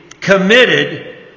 committed